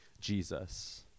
Jesus